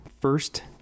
First